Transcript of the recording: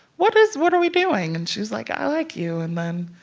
what is what are we doing? and she's like, i like you. and then.